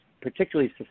particularly